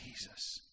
Jesus